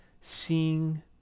seeing